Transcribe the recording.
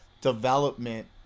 development